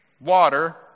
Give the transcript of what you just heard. water